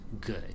good